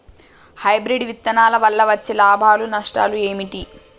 Hybrid విత్తనాల వల్ల వచ్చే లాభాలు నష్టాలు ఏమిటి?